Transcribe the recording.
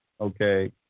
Okay